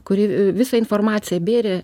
kuri visą informaciją bėrė